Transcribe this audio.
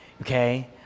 okay